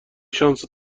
شانس